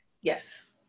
yes